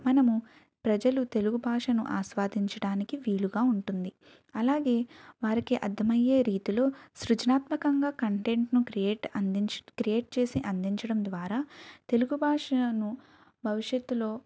మనము ప్రజలు తెలుగు భాషను ఆస్వాదించడానికి వీలుగా ఉంటుంది అలాగే వారికి అర్థమయ్యే రీతిలో సృజనాత్మకంగా కంటెంట్ను క్రియేట్ అందించ క్రియేట్ చేసి అందించడం ద్వారా తెలుగు భాషను భవిష్యత్తులో